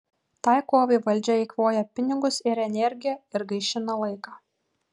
tai kovai valdžia eikvoja pinigus ir energiją ir gaišina laiką